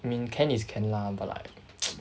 mean can is can lah but like